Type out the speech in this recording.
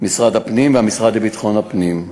משרד הפנים והמשרד לביטחון הפנים.